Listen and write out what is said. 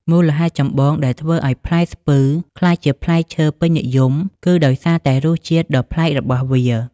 មូលហេតុចម្បងដែលធ្វើឱ្យផ្លែស្ពឺក្លាយជាផ្លែឈើពេញនិយមគឺដោយសារតែរសជាតិដ៏ប្លែករបស់វា។